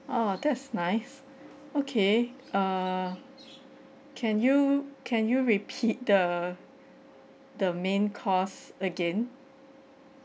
oh that's nice okay err can you can you repeat the the main course again